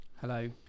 Hello